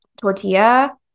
tortilla